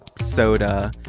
soda